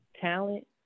talent